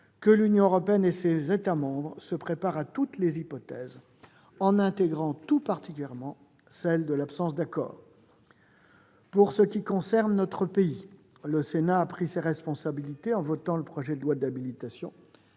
que l'Union européenne et ses États membres se préparent à toutes les hypothèses, en intégrant tout particulièrement celle de l'absence d'accord. Pour ce qui concerne notre pays, le Sénat a pris ses responsabilités en adoptant le projet de loi d'habilitation